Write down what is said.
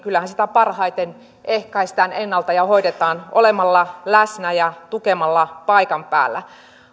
parhaiten ehkäistään ennalta ja hoidetaan olemalla läsnä ja tukemalla paikan päällä